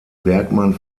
bergmann